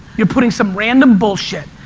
you're putting some random bullshit.